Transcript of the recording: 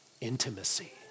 intimacy